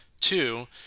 Two